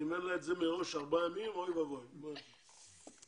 אולי השר ביטון יתייחס.